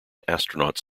astronauts